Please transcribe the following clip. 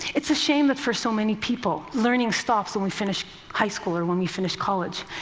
it's a shame that for so many people, learning stops when we finish high school or when we finish college.